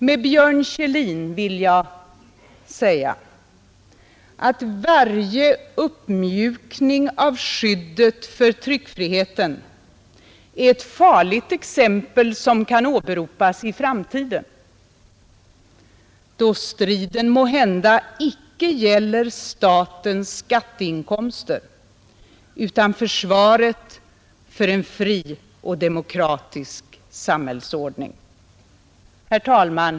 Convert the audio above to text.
Med Björn Kjellin vill jag säga, att varje uppmjukning av skyddet för tryckfriheten är ett farligt exempel som kan åberopas i framtiden, då striden måhända icke gäller statens skatteinkomster utan försvaret för en fri och demokratisk samhällsordning. Herr talman!